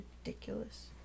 ridiculous